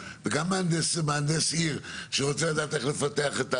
וגם מהנדס עיר שרוצה לדעת איך לפתח.